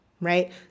right